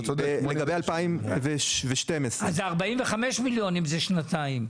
לגבי 2012. אז זה 45 מיליון ₪ אם זה שנתיים.